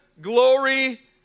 glory